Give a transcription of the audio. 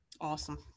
Awesome